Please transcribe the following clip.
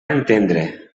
entendre